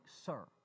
sir